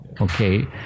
Okay